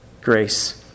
Grace